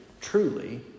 truly